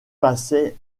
passaient